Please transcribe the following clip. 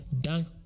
dunk